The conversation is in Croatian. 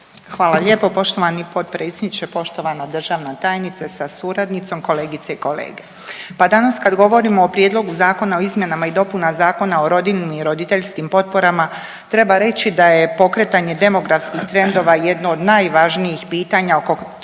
Hvala lijepo poštovani potpredsjedniče. Poštovana državna tajnice sa suradnicom, kolegice i kolege, pa danas kad govorimo o Prijedlogu Zakona o izmjenama i dopunama Zakona o rodiljnim i roditeljskim potporama treba reći da je pokretanje demografskih trendova jedno od najvažnijih pitanja oko kojeg